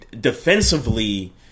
defensively